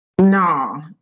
No